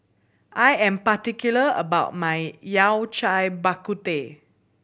I am particular about my Yao Cai Bak Kut Teh